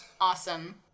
Awesome